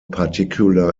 particular